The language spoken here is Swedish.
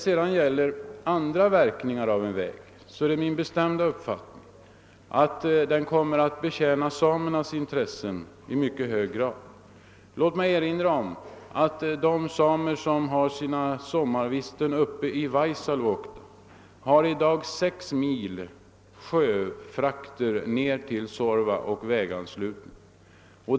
Vidare är det min bestämda uppfattning att en väg till Ritsem skulle tjäna samernas intressen i mycket hög grad. Låt mig erinra om att de samer som har sina sommarvisten uppe i Vaisaluokta i dag har sex mils sjöfrakt ned till Suorva och väganslutningen.